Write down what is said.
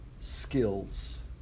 skills